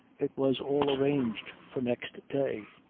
it was all arranged for next day.